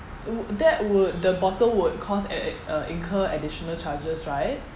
would that would the bottle would cost add~ add~ uh incur additional charges right